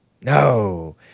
No